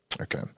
Okay